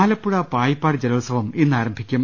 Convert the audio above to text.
ആലപ്പുഴ പായിപ്പാട് ജലോത്സവം ഇന്നാരംഭിക്കും